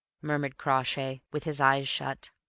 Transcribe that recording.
murmured crawshay, with his eyes shut.